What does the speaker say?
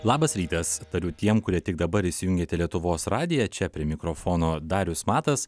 labas rytas tariu tiem kurie tik dabar įsijungiate lietuvos radiją čia prie mikrofono darius matas